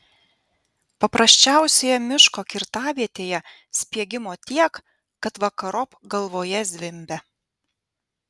paprasčiausioje miško kirtavietėje spiegimo tiek kad vakarop galvoje zvimbia